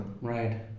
Right